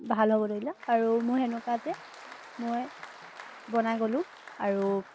ভাল হ'ব ধৰিলে আৰু মোৰ সেনেকুৱাতে মই বনাই গ'লোঁ আৰু